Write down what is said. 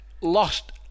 lost